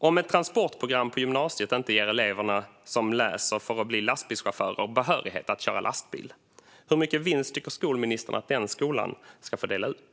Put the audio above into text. Om ett transportprogram på gymnasiet inte ger eleverna som läser programmet för att bli lastbilschaufförer behörighet att köra lastbil, hur mycket vinst tycker skolministern att den skolan ska få dela ut?